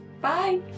bye